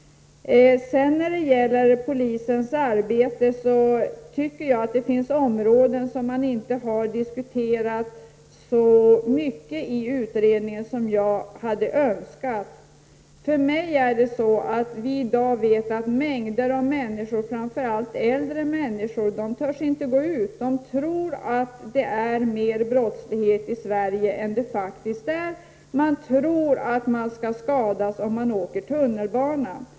När det gäller polisens arbete tycker jag att det finns områden som man inte har diskuterat så mycket i utredningen som jag hade önskat. Vi vet att det i dag finns mängder av människor, framför allt äldre människor, som inte törs gå ut. De tror att det förekommer mer brottslighet i Sverige än vad det faktiskt gör. De tror att de skall skadas om de åker tunnelbana.